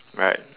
right